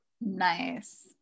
Nice